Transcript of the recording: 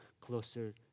closer